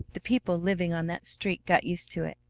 the people living on that street got used to it,